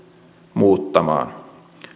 muuttamaan